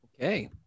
Okay